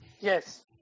Yes